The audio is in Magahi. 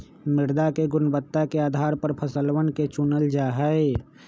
मृदा के गुणवत्ता के आधार पर फसलवन के चूनल जा जाहई